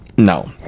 No